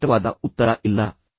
ಸ್ಪಷ್ಟವಾದ ಉತ್ತರ ಇಲ್ಲ ಎನ್ನುವುದು